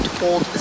told